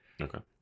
Okay